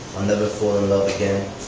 i'll never fall in love again.